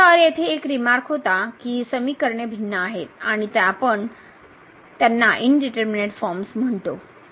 तर येथे एक रिमार्क होती की हि समीकरणे भिन्न आहेत त्यांना आपण इनडीटरमीनेट फॉर्म्स म्हणतो